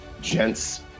gents